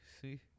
See